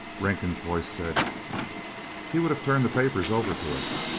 rankin's voice said he would have turned the papers over to us.